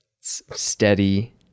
steady